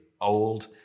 old